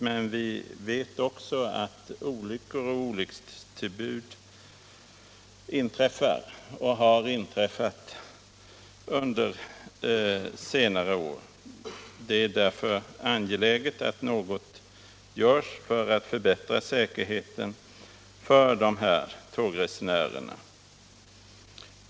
Men vi vet också att olyckor och olyckstillbud har inträffat under senare år och att de fortsätter att inträffa. Det är därför angeläget att något görs för att förbättra säkerheten för tågresenärerna.